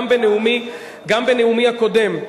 גם בנאומי הקודם,